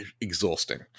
exhausting